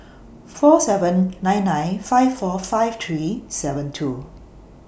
four seven nine nine five four five three seven two